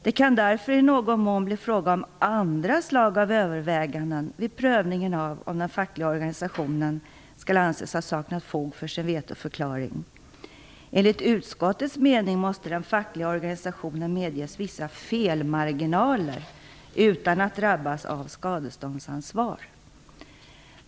Det kan därför i någon mån bli fråga om andra slag av överväganden vid prövningen av om den fackliga organisationen skall anses ha saknat fog för sin vetoförklaring. Enligt utskottets mening måste den fackliga organisationen medges viss felmarginaler utan att drabbas av skadeståndsansvar.